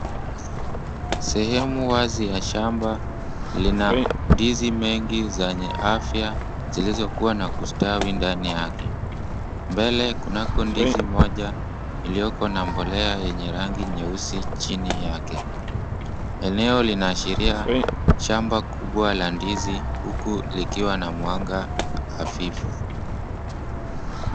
Sehemu wazi ya shamba lina ndizi mengi zenye afya zilizokuwa na kustawi ndani yake. Mbele kunako ndizi moja iliyoko na mbolea yenye rangi nyeusi chini yake. Eneo linaashiria shamba kubwa la ndizi, huku likiwa na mwanga hafifu.